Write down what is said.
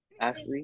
Ashley